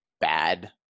bad